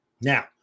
Now